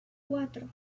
cuatro